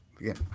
again